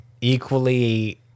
equally